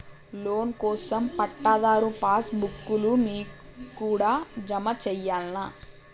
Loan కోసం పట్టాదారు passbook లు మీ కాడా జమ చేయల్నా?